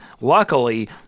luckily